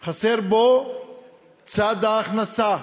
חסר בו צד ההכנסה.